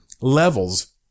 levels